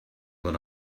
what